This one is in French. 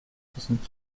soixante